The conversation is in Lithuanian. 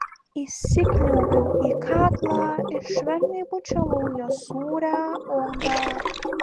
įsikniaubiau į kaklą ir švelniai bučiavau jo sūrią odą